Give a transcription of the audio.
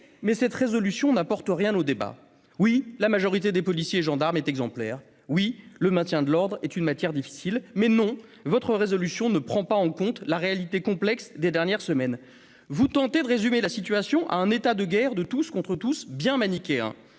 de résolution n'apporte rien au débat. Oui, la majorité des policiers et des gendarmes est exemplaire. Oui, le maintien de l'ordre est une matière difficile. Mais non, votre proposition de résolution ne prend pas en compte la réalité complexe des dernières semaines. Vous tentez de réduire la situation à un état de guerre de tous contre tous, bien manichéen.